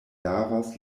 lavas